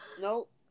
Nope